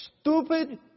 stupid